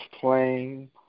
playing